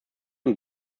und